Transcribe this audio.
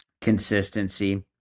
Consistency